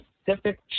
specific